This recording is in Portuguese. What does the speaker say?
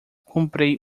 comprei